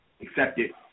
accepted